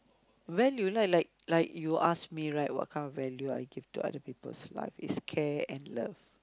when do you like like like you ask me right what kind of value I give to other people's life it's care and love